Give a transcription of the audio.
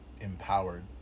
empowered